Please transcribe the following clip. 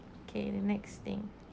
okay the next thing